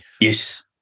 Yes